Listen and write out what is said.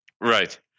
right